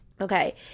Okay